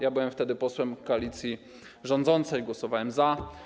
Ja byłem wtedy posłem koalicji rządzącej, głosowałem za.